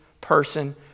person